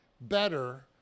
better